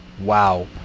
wow